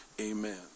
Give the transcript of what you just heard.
amen